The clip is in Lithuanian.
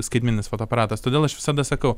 skaitmeninis fotoaparatas todėl aš visada sakau